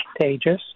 contagious